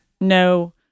no